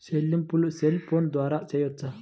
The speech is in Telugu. చెల్లింపులు సెల్ ఫోన్ ద్వారా చేయవచ్చా?